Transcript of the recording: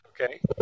Okay